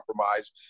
compromise